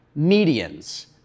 medians